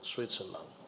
Switzerland